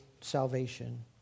salvation